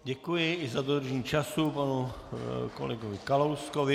Děkuji i za dodržení času panu kolegovi Kalouskovi.